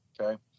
Okay